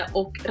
och